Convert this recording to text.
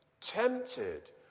tempted